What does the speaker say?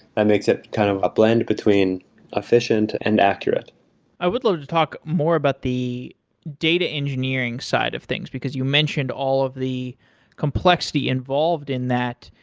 that makes it kind of a blend between efficient and accurate i would love to talk more about the data engineering side of things because you mentioned all of the complexity involved in that.